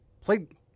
played